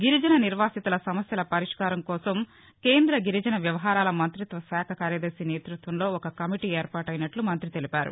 గిరిజన నిర్వాసితుల సమస్యల పరిష్కారం కోసం కేంద్ర గిరిజన వ్యవహారాల మంతిత్వ శాఖ కార్యదర్భి నేతృత్వంలో ఒక కమిటీ ఏర్పాటెనట్ల మంతి తెలిపారు